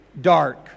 dark